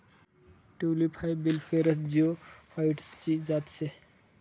tulip हाई bulbiferous जिओफाइटसची एक जात शे